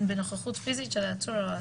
בנוכחות פיזית של העצור או האסיר".